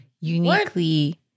uniquely